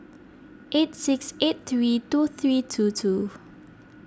eight six eight three two three two two